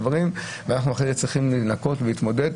ואנחנו אחרי כן צריכים לנקות ולהתמודד?